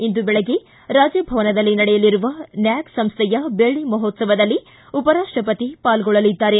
ಇಂದು ಬೆಳಗ್ಗೆ ರಾಜಭವನದಲ್ಲಿ ನಡೆಯಲಿರುವ ನ್ಕಾಕ್ ಸಂಸ್ಥೆಯ ಬೆಳ್ಳಿ ಮಹೋತ್ಸವದಲ್ಲಿ ಉಪರಾಷ್ಟವತಿ ಪಾಲ್ಗೊಳ್ಳಲಿದ್ದಾರೆ